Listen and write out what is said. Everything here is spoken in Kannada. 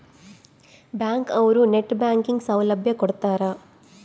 ಬ್ಯಾಂಕ್ ಅವ್ರು ನೆಟ್ ಬ್ಯಾಂಕಿಂಗ್ ಸೌಲಭ್ಯ ಕೊಡ್ತಾರ